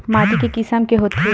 माटी के किसम के होथे?